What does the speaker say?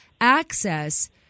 access